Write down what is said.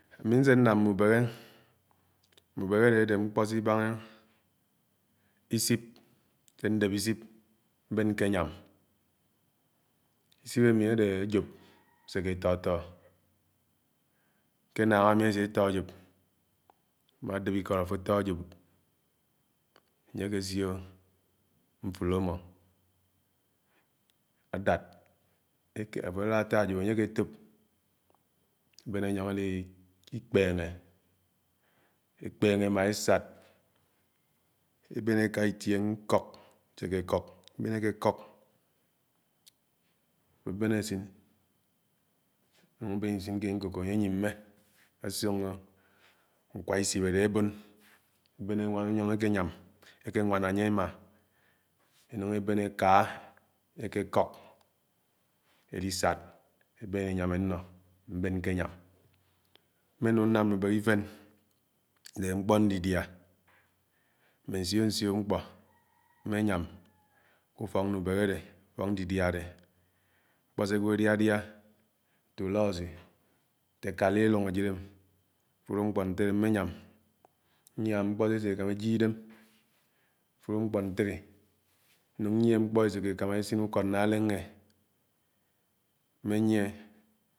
Ami nsènám mbubẽhẽ adé adé mkpọ sibángá idup, nse ndép ichip mben nké nyám, isip ami ade a ájóp eséké etọtọ. Ke ánnáng amí esetọ ajop, ame dep ikọd afó tọ ajòp emye ke sio mfúní amó àdéd afo, alád atá ajóp ànye àkétòp àbén anyóng alikpéné, eben eka itie eseke èkòk eke kók núng mbén sin ke ákókó anye anyimẽ asiõngó nkwa isip adé abón. Ebén eñyóng ékénwán anye emá enúng ebén eká ékékọk, elisád ebén enyám enó mbén nké nyám mme nung nam mbúbéhẽ ifén adẽ mkpọ ndidiá, mmẽ nsió-nsió mkpọ mményám, kù-ùfọk ubūbèhẽ adẽ, ufọk ndidia adẽ mkpo sé ágwo adiàdiá nté uloasü, nte akali ilúng ajid m ulọk mkpo ntelẽ mmé nyam. Nyaam mkpo se esekámá ejie idém, afùló mkpọ ntélé núng njie mkpo èsekèkámè esin ukod na alenge mmenyie.